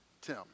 Tim